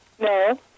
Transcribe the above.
No